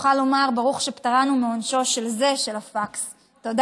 נוכל לומר "ברוך שפטרנו מעונשו של זה" של הפקס.